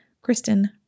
Kristen